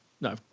no